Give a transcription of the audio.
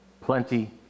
plenty